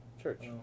Church